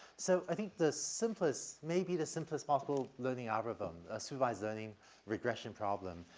so i think the simplest, maybe the simplest possible learning algorithm, a supervised learning regression problem,